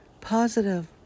positive